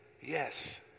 yes